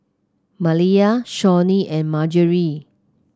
Maliyah Shawnee and Margery